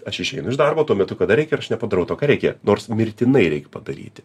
aš išeinu iš darbo tuo metu kada reikia ir aš nepadarau to ką reikia nors mirtinai reik padaryti